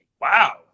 Wow